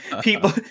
people